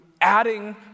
adding